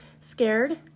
scared